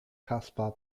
caspar